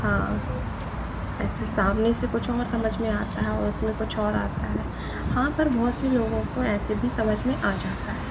हाँ ऐसे सामने से कुछ और समझ में आता है और उसमें कुछ और आता है हाँ पर बहुत से लोगों को ऐसे भी समझ में आ जाता है